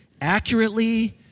accurately